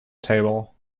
table